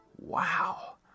Wow